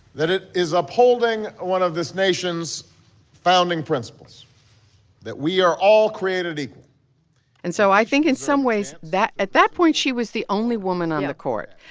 that it is upholding one of this nation's founding principles that we are all created equal and so i think, in some ways, that at that point, she was the only woman on the court.